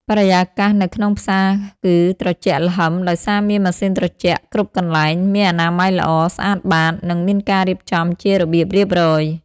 បរិយាកាសនៅក្នុងផ្សារគឺត្រជាក់ល្ហឹមដោយសារមានម៉ាស៊ីនត្រជាក់គ្រប់កន្លែង មានអនាម័យល្អ ស្អាតបាត និងមានការរៀបចំជារបៀបរៀបរយ។